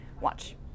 watch